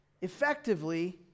effectively